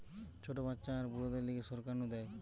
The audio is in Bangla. ছোট বাচ্চা আর বুড়োদের লিগে সরকার নু দেয়